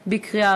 תודה.